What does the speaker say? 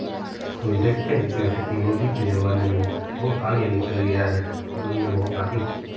हम देखते हैं कि टेक्नोलॉजी के जमाने में बहुत आगे निकल गया है दुनियाँ बहुत आगे